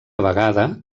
vegada